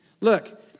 Look